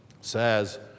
says